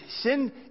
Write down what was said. Sin